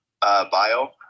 bio